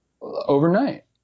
overnight